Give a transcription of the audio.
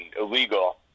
illegal